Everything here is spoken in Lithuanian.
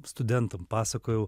studentam pasakojau